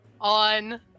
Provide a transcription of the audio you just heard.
on